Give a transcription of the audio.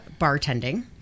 bartending